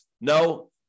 No